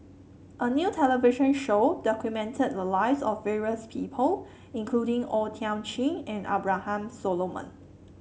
a new television show documented the lives of various people including O Thiam Chin and Abraham Solomon